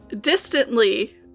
Distantly